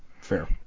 Fair